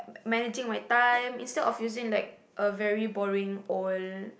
managing my time instead of using like a very boring old